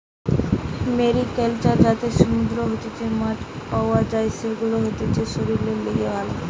mariculture যাতে সমুদ্র হইতে মাছ পাওয়া যাই, সেগুলা হতিছে শরীরের লিগে ভালো